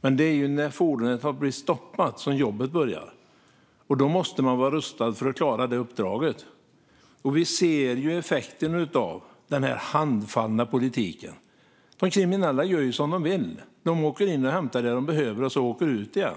Men det är när fordonet har blivit stoppat som jobbet börjar, och då måste man vara rustad för att klara det uppdraget. Vi ser effekten av den här handfallna politiken. De kriminella gör som de vill. De åker in och hämtar det de behöver och åker ut igen,